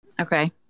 Okay